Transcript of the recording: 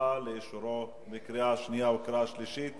הרווחה והבריאות